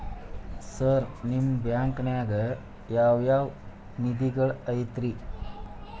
Sir ನಿಮ್ಮ ಬ್ಯಾಂಕನಾಗ ಯಾವ್ ಯಾವ ನಿಧಿಗಳು ಐತ್ರಿ?